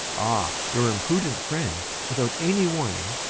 ah! your imprudent friend, without any warning,